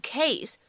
case